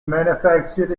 manufactured